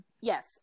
yes